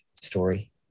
story